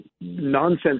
nonsense